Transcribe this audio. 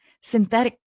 synthetic